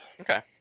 Okay